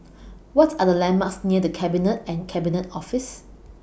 What Are The landmarks near The Cabinet and Cabinet Office